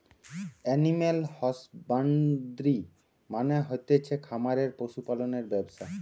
animal husbandry মানে হতিছে খামারে পশু পালনের ব্যবসা